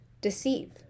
deceive